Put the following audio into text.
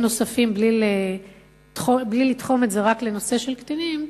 נוספים בלי לתחום את זה רק לנושא של קטינים,